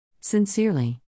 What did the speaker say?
Sincerely